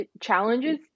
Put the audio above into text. challenges